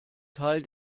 teil